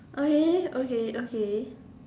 okay okay okay